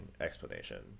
explanation